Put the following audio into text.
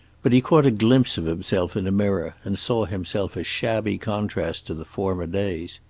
but he caught a glimpse of himself in a mirror, and saw himself a shabby contrast to the former days.